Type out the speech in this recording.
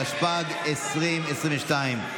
התשפ"ג 2022,